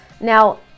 now